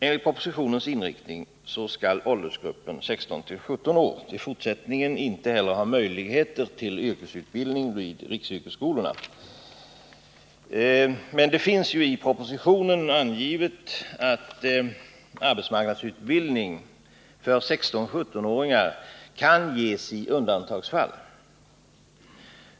Enligt propositionen skall gruppen ungdomar i åldern 16-17 år i fortsättningen inte ha möjlighet till yrkesutbildning vid riksyrkesskolorna, men det anges ju i propositionen att arbetsmarknadsutbildning för 16-17-åringar skall ges i undantagsfall.